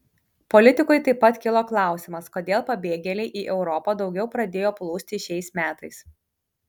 politikui taip pat kilo klausimas kodėl pabėgėliai į europą daugiau pradėjo plūsti šiais metais